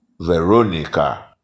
Veronica